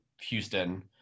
Houston